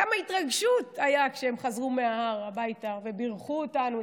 כמה התרגשות הייתה כשהם חזרו מההר הביתה ובירכו אותנו,